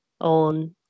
on